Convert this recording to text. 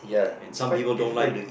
and some people don't like